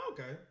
Okay